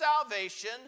salvation